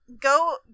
go